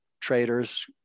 traders